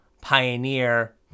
pioneer